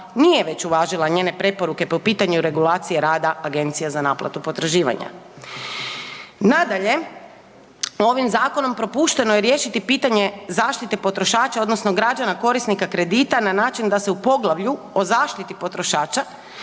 nije već uvažila njene preporuke po pitanju regulacije rada agencija za naplatu potraživanja? Nadalje, ovim zakonom propušteno je riješiti pitanje zaštite potrošača odnosno građana korisnika kredita na način da se u poglavlju o zaštiti potrošača